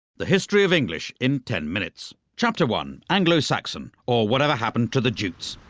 the history of english in ten minutes. chapter one anglo-saxon or whatever happened to the jutes?